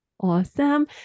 Awesome